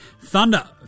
Thunder